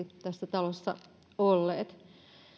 tässä talossa perinteisesti olleet